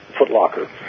footlocker